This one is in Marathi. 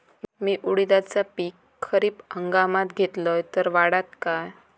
मी उडीदाचा पीक खरीप हंगामात घेतलय तर वाढात काय?